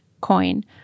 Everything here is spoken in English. coin